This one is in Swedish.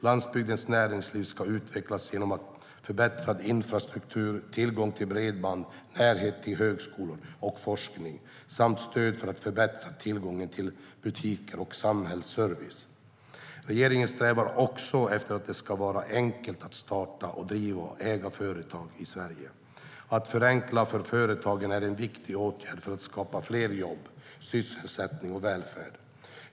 Landsbygdens näringsliv ska utvecklas genom förbättrad infrastruktur, tillgång till bredband, närhet till högskolor och forskning samt stöd för att förbättra tillgången till butiker och samhällsservice. Regeringen strävar också efter att det ska vara enkelt att starta, driva och äga företag i Sverige. Att förenkla för företagen är en viktig åtgärd för att skapa fler jobb, sysselsättning och välfärd.